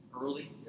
Early